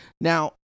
Now